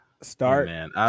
Start